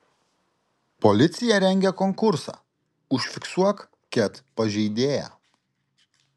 policija rengia konkursą užfiksuok ket pažeidėją